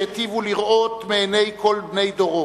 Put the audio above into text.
שהיטיבו לראות מעיני כל בני דורנו,